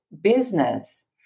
business